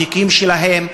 בתיקים שלהם,